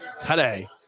today